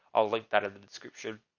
i'll link that in the description.